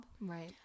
Right